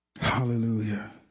Hallelujah